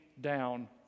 down